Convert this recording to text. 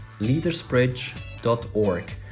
leadersbridge.org